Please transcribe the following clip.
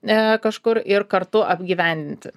ne kažkur ir kartu apgyvendinti